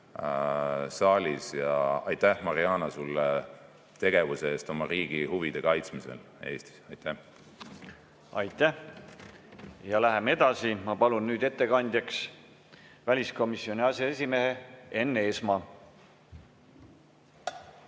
saalis. Aitäh, Mariana, sulle tegevuse eest oma riigi huvide kaitsmisel Eestis! Aitäh! Läheme edasi. Ma palun nüüd ettekandjaks väliskomisjoni aseesimehe Enn Eesmaa.